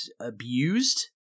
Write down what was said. abused